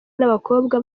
n’abakobwa